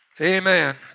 Amen